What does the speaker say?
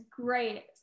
great